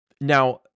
now